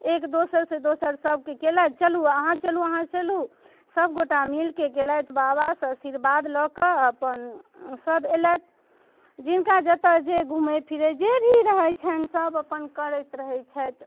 एक दोसरसँ दोसर सभके केलथि चलू अहाँ चलू अहाँ चलू सभगोटा मिलिकऽ गेलथि बाबासँ आशीर्वाद लऽ कऽ अपन सभ अएलथि जिनका जतऽ जे घुमै फिरै जे भी रहै छनि सभ अपन करैत रहै छथि